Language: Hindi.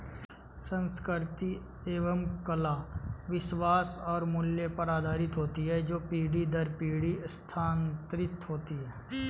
संस्कृति एवं कला विश्वास और मूल्य पर आधारित होती है जो पीढ़ी दर पीढ़ी स्थानांतरित होती हैं